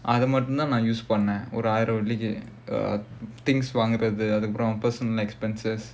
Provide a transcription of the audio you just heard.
அது மட்டும் தான் நான்:adhu mattum thaan naan use uh things வாங்குறது அதுக்கு அப்புறம்:vaangurathu adhukku appuram personal expenses